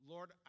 Lord